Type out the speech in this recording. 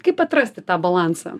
kaip atrasti tą balansą